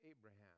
Abraham